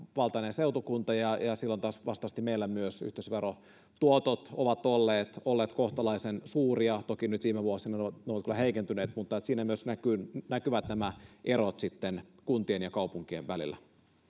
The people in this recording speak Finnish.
seutukunta niin silloin meillä myös yhteisöverotuotot ovat olleet olleet kohtalaisen suuria toki nyt viime vuosina ne ovat vähän heikentyneet mutta siinä myös näkyvät nämä erot kuntien ja kaupunkien välillä